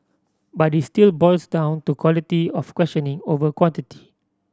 but it still boils down to quality of questioning over quantity